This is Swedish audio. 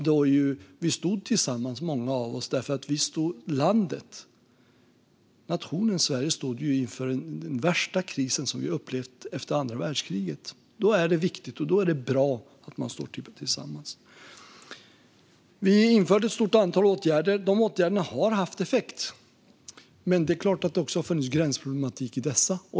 Då stod vi tillsammans, många av oss, eftersom landet, nationen Sverige, stod inför den värsta kris som vi har upplevt efter andra världskriget. Då är det viktigt och bra att man står tillsammans. Vi införde ett stort antal åtgärder. De åtgärderna har haft effekt, men det är klart att det också har funnits gränsproblematik i dessa.